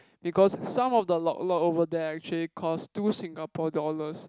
because some of the Lok Lok over there actually cost two Singapore dollars